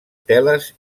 teles